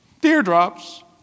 Teardrops